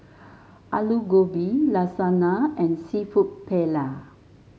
Alu Gobi Lasagna and seafood Paella